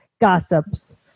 gossips